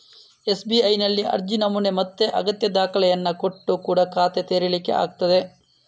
ಎಸ್.ಬಿ.ಐನಲ್ಲಿ ಅರ್ಜಿ ನಮೂನೆ ಮತ್ತೆ ಅಗತ್ಯ ದಾಖಲೆಗಳನ್ನ ಕೊಟ್ಟು ಕೂಡಾ ಖಾತೆ ತೆರೀಲಿಕ್ಕೆ ಆಗ್ತದೆ